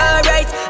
Alright